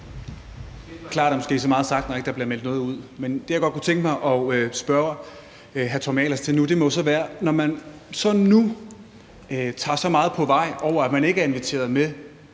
sagt, når ikke der bliver meldt noget ud. Men det, jeg godt kunne tænke mig at spørge hr. Tommy Ahlers til nu, må jo så være: Når man så nu tager så meget på vej, i forhold til at man ikke er inviteret med